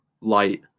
light